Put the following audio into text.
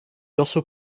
also